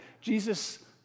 Jesus